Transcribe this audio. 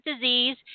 disease